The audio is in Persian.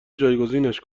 جایگزینش